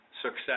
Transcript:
success